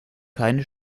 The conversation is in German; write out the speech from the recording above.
keine